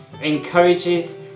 encourages